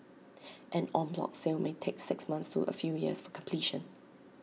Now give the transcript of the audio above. an en bloc sale may take six months to A few years for completion